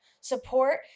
support